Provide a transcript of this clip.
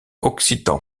occitan